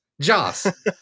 joss